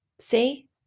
See